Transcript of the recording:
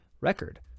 record